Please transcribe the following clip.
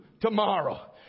tomorrow